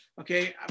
Okay